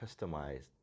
customized